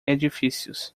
edifícios